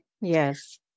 Yes